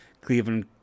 Cleveland